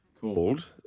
Called